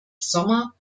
sommer